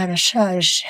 arashaje.